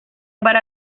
para